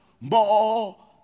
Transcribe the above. more